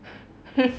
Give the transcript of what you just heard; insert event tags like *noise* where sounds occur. *laughs*